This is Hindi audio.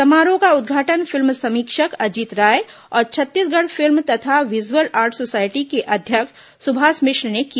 समारोह का उद्घाटन फिल्म समीक्षक अजीत राय और छत्तीसगढ़ फिल्म तथा विजुअल आर्ट सोसायटी के अध्यक्ष सुभाष मिश्र ने किया